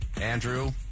Andrew